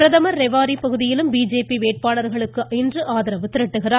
பிரதமர் ரிவாரி பகுதியிலும் பிஜேபி வேட்பாளர்களுக்கு இன்று ஆதரவு திரட்டுகிறார்